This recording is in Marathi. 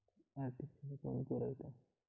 आर्थिक सेवा कोण पुरयता?